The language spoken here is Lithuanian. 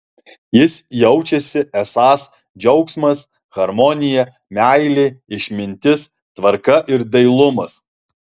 jis jaučiasi esąs džiaugsmas harmonija meilė išmintis tvarka ir dailumas